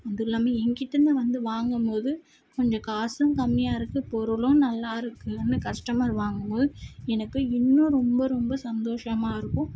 அதுவும் இல்லாமல் என் கிட்டேன்னு வந்து வாங்கும்போது கொஞ்சம் காசும் கம்மியாக இருக்குது பொருளும் நல்லா இருக்குதுனு கஸ்டமர் வாங்கும்போது எனக்கு இன்னும் ரொம்ப ரொம்ப சந்தோஷமாக இருக்கும்